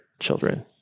children